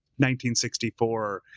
1964